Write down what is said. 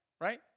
Right